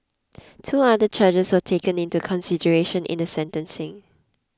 two other charges were taken into consideration in the sentencing